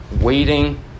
Waiting